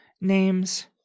names